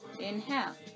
inhale